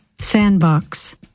Sandbox